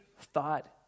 thought